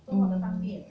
mm